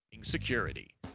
Security